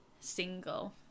single